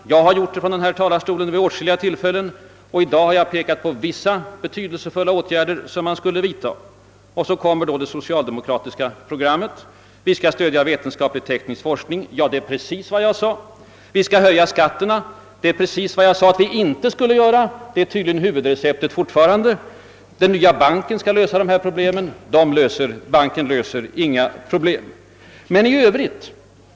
Jag har gjort det från den här talarstolen vid åtskilliga tillfällen, och i dag har jag pekat på vissa betydelsefulla åtgärder som borde vidtagas. Men vad innehåller det socialdemokratiska programmet? Det heter där att man skall stödja vetenskap och teknisk forskning — det är precis vad jag förordade. Man skall höja skatterna — det är precis vad jag sade att man inte skall göra, men det är tydligen fortfarande huvudreceptet. Den nya banken skall lösa alla problem — men banken löser inga problem, herr statsminister.